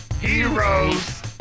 Heroes